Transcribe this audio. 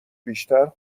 بیشتر